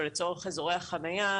או לצורך אזורי החנייה,